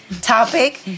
Topic